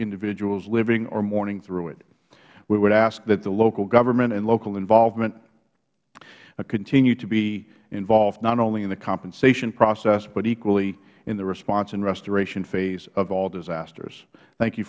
individuals living or mourning through it we would ask that the local government and local involvement continue to be involved not only in the compensation process but equally in the response and restoration phase of all disasters thank you